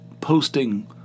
posting